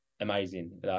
Amazing